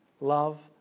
Love